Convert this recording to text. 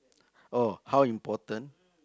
oh how important